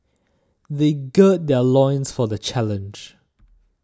they gird their loins for the challenge